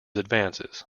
advances